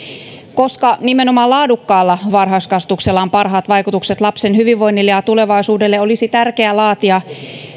koska nimenomaan laadukkaalla varhaiskasvatuksella on parhaat vaikutukset lapsen hyvinvoinnille ja tulevaisuudelle olisi tärkeää laatia